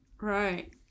Right